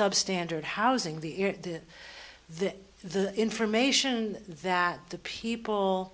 substandard housing the the the information that the people